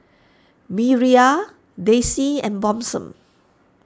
Miriah Dayse and Blossom